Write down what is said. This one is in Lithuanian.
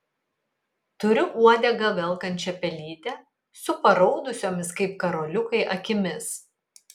turiu uodegą velkančią pelytę su paraudusiomis kaip karoliukai akimis